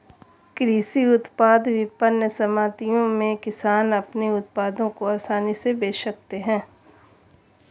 कृषि उत्पाद विपणन समितियों में किसान अपने उत्पादों को आसानी से बेच सकते हैं